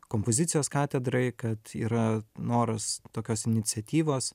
kompozicijos katedrai kad yra noras tokios iniciatyvos